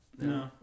No